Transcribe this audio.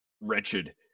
wretched